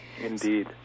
Indeed